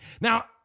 now